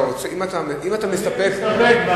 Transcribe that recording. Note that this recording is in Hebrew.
אם אתה מסתפק, אני מסתפק.